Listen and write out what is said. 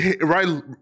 Right